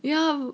ya